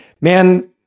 Man